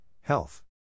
Health